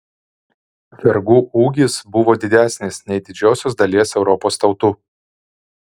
vergų ūgis buvo didesnis nei didžiosios dalies europos tautų